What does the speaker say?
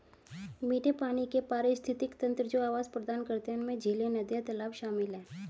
मीठे पानी के पारिस्थितिक तंत्र जो आवास प्रदान करते हैं उनमें झीलें, नदियाँ, तालाब शामिल हैं